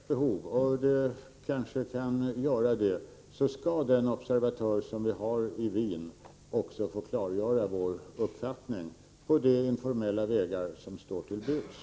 Fru talman! Om det fyller ett behov — och det kanske kan göra det — skall den observatör som vi har i Wien också få klargöra vår uppfattning på de informella vägar som står till buds.